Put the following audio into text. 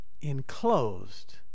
enclosed